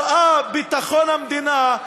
רואים בו שלטון זר.